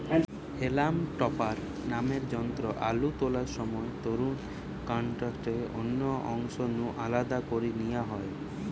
হেলাম topper নামের যন্ত্রে আলু তোলার সময় তারুর কান্ডটাকে অন্য অংশ নু আলদা করি নিয়া হয়